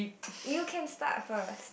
you can start first